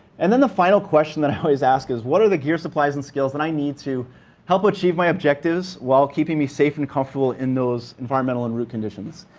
and then the final question that i always ask is what are the gear, supplies, and skills that i need to help achieve my objectives while keeping me safe and comfortable in those environmental and route conditions.